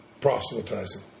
proselytizing